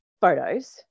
photos